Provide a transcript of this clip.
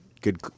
Good